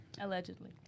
Allegedly